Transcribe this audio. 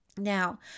Now